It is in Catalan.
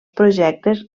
projectes